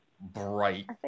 bright